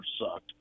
sucked